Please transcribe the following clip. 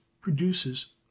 produces